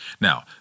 Now